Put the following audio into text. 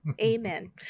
amen